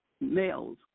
males